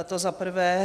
To zaprvé.